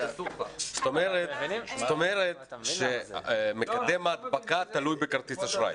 זאת אומרת שמקדם ההדבקה תלוי בכרטיס אשראי.